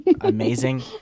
amazing